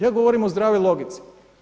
Ja govorim o zdravoj logici.